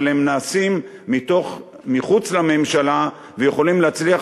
אבל הם נעשים מחוץ לממשלה ויכולים להצליח